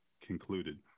concluded